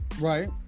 Right